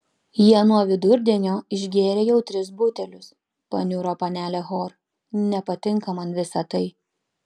jie nuo vidurdienio išgėrė jau tris butelius paniuro panelė hor nepatinka man visa tai